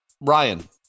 ryan